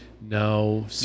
No